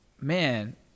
man